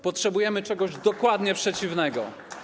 Potrzebujemy czegoś dokładnie przeciwnego.